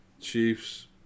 Chiefs